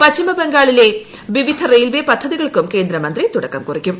പശ്ചിമ ബംഗാളിലെ വിവിധ റെയിൽവെ പദ്ധതികൾക്കും കേന്ദ്രമന്ത്രി തുടക്കം കുറിക്കും